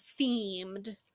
themed